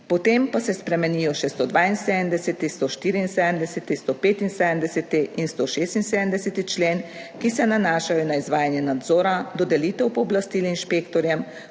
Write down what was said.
Potem pa se spremenijo še 172., 174., 175 in 176. člen, ki se nanašajo na izvajanje nadzora, dodelitev pooblastil inšpektorjem,